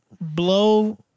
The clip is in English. Blow